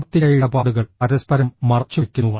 സാമ്പത്തിക ഇടപാടുകൾ പരസ്പരം മറച്ചുവെക്കുന്നു